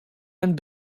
and